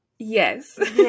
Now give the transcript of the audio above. yes